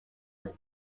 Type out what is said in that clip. was